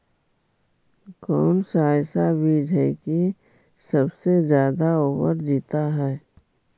कौन सा ऐसा बीज है की सबसे ज्यादा ओवर जीता है?